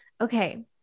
Okay